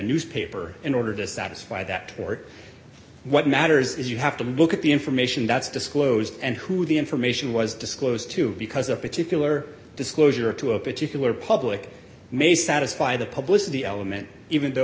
newspaper in order to satisfy that or what matters is you have to look at the information that's disclosed and who the information was disclosed to because a particular disclosure to a particular public may satisfy the publisher the element even though